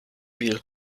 bill